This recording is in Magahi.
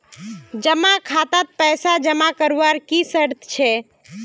जमा खातात पैसा जमा करवार की शर्त छे?